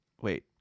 wait